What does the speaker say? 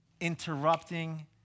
interrupting